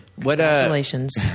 Congratulations